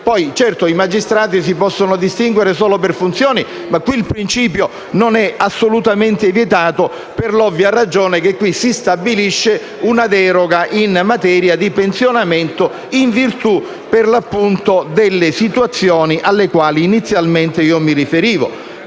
poi, certo, i magistrati si possono distinguere solo per funzioni, ma qui il principio non è assolutamente vietato per l'ovvia ragione che si stabilisce una deroga in materia di pensionamento in virtù, per l'appunto, delle situazioni alle quali inizialmente mi riferivo.